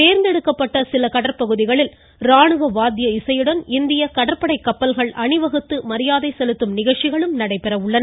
தோ்ந்தெடுக்கப்பட்ட சில கடற்பகுதிகளில் ராணுவ வாத்திய இசையுடன் இந்திய கடற்படை கப்பல்கள் அணிவகுத்து மரியாதை செலுத்தும் நிகழ்ச்சிகளும் நடைபெற உள்ளன